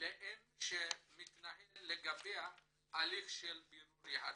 לאם שמתנהל לגביה הליך של בירור יהדות,